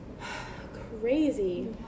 crazy